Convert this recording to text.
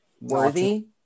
worthy